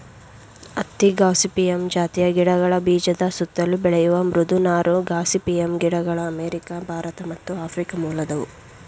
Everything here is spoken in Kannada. ಹತ್ತಿ ಗಾಸಿಪಿಯಮ್ ಜಾತಿಯ ಗಿಡಗಳ ಬೀಜದ ಸುತ್ತಲು ಬೆಳೆಯುವ ಮೃದು ನಾರು ಗಾಸಿಪಿಯಮ್ ಗಿಡಗಳು ಅಮೇರಿಕ ಭಾರತ ಮತ್ತು ಆಫ್ರಿಕ ಮೂಲದವು